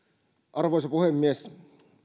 arvoisa puhemies